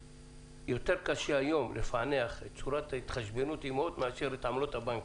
יותר קשה היום לפענח את צורת ההתחשבנות עם הוט מאשר את עמלות הבנקים.